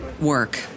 work